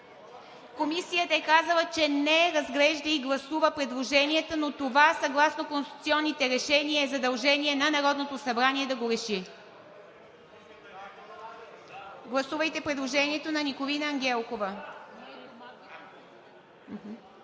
Комисията е казала, че не разглежда и не гласува предложенията, но това съгласно конституционните решения е задължение на Народното събрание да го реши. Гласувайте предложението на Николина Ангелкова.